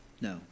No